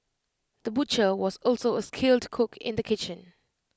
the butcher was also A skilled cook in the kitchen